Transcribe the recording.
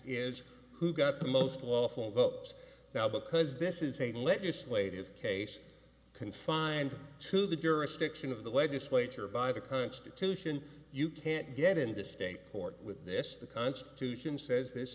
is who got the most lawful votes now because this is a legislative case confined to the jurisdiction of the way this wager by the constitution you can't get in the state court with this the constitution says this